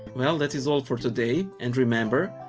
well, that is all for today. and remember,